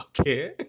Okay